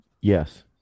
yes